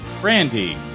Brandy